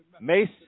Mace